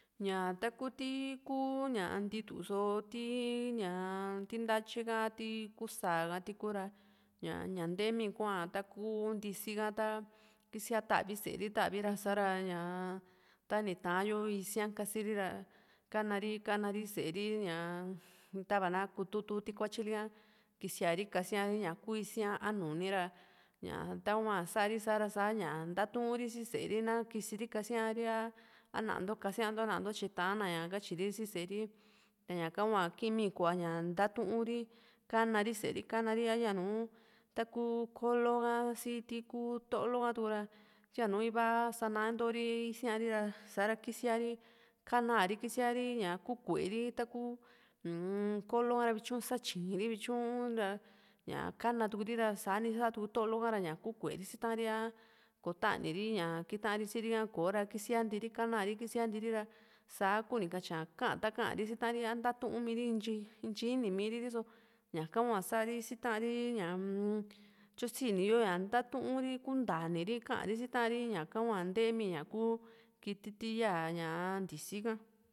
ñaa ta kúu ti kuu ntituso ti ñaa ti ntatyika ti ti kuu sáa ka tiku ra ña nteemi kua taku ntisi ka ta kísia ta´vi sée ri ta´vi ra sa´ra ñaa tani taan yo isiaa kasi ri ra kana ri kana ri sée ri ñaa tava na kututu ti kuatyili ka kisiari kásiari ña ku isiaa a nuni ra ña tahua sa´ri sá ra ña ntatuun ri si séeri na kisiri kasíari a nanto kasíanto na´nto tyi ni taan ña katyiri si sée ri ta ñaka hua kíimi kua ña ntatu ri kana ri sée ri kana ri a yanu taku kólo ka si tiku t´lo ka tuku ra yaa nu iva sa´na intori isíari ra sa´ra kisíari kana ri kisiari kuu kué ri takuu kólo ka ra vityu sa tyiin ri vityuu ra ña ka´na tuuri ra sa´ni sáa tuku tólo ka rá ña ku ku´e ri si taan ri a kotaniri ña kitari siri ka kò´o ra kisiantii ri kana ri kisiantiri ra saá kuuni katyía ka´a ta ka´a ri si taan ri a ntatumiri intyi ini miiri riso ñaka hua sa´ri si taan ri ñaa-m tyo siini yo ña ntatuuri kuntani ri ka´a ri si taari ñaka hua nteemi ña ku kiti ti ya ñaa ntísi´n ka